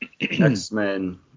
X-Men